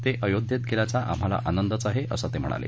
ते आयोध्येत गेल्याचा आम्हाला आनंदच आहे असं ते म्हणाले